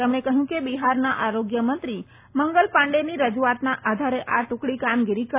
તેમણે કફયું કે બિહ્નરના આરોગ્ય મંત્રી મંગલ પાંડેની રજુઆતના આધારે આ ટુકડી કામગીરી કરી રફી છે